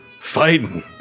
fighting